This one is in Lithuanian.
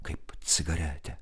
kaip cigaretė